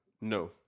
No